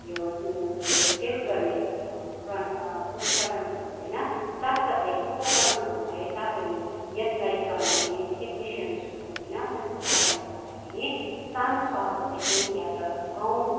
यो त्यो टेस्ट गर्ने प्रण उपकरणहरू हुँदैन साथसाथै उपकरणहरू भए तापनि यसलाई चलाउने टेक्निसियन्सहरू हुँदैन जसको कारणले गर्दाखेरि सानो सहरहरूदेखि या त गाउँ